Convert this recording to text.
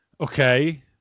okay